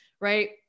right